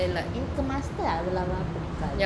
என்னக்கு:ennaku mustard ah அவ்ளோவா பிடிக்காது:avlova pidikathu